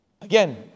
Again